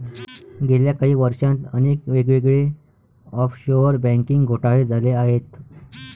गेल्या काही वर्षांत अनेक वेगवेगळे ऑफशोअर बँकिंग घोटाळे झाले आहेत